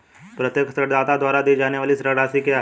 प्रत्येक ऋणदाता द्वारा दी जाने वाली ऋण राशि क्या है?